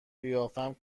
قیافم